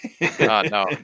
No